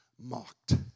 mocked